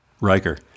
Riker